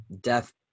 death